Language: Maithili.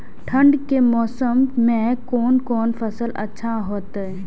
ठंड के मौसम में कोन कोन फसल अच्छा होते?